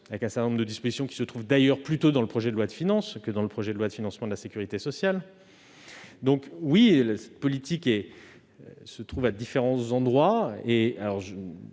un certain nombre de dispositions, d'ailleurs, se trouvent plutôt dans le projet de loi de finances que dans le projet de loi de financement de la sécurité sociale. Cette politique se trouve donc en différents endroits.